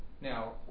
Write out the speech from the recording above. Now